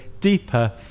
deeper